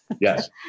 Yes